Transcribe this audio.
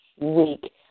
week